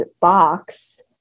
box